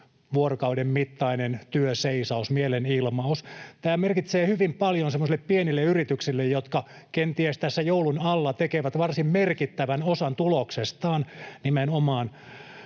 vuorokauden mittainen työnseisaus, mielenilmaus. Tämä merkitsee hyvin paljon semmoisille pienille yrityksille, jotka kenties tässä joulun alla tekevät varsin merkittävän osan tuloksestaan, nimenomaan